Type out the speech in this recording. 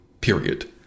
period